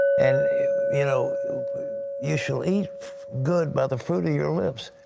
and you know you shall eat good by the fruit of your lips.